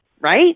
Right